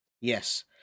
yes